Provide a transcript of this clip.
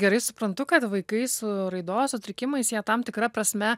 gerai suprantu kad vaikai su raidos sutrikimais jie tam tikra prasme